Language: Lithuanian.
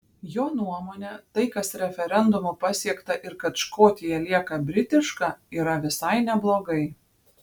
jo nuomone tai kas referendumu pasiekta ir kad škotija lieka britiška yra visai neblogai